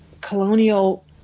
Colonial